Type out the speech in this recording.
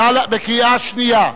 בקריאה שנייה.